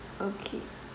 okay